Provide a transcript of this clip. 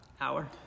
hour